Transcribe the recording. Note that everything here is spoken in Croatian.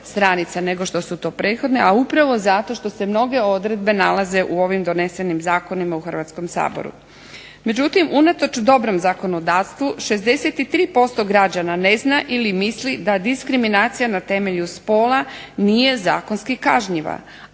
nego što su to prethodne a upravo zato što se mnoge odredbe nalaze u ovim donesenim zakonima u Hrvatskom saboru. Međutim, unatoč dobrom zakonodavstvu 63% građana ne zna ili misli da diskriminacija na temelju spola nije zakonski kažnjiva,